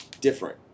different